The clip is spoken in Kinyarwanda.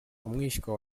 umwishywa